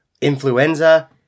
influenza